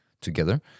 together